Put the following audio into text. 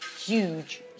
huge